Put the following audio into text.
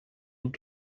und